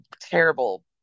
terrible